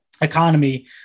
economy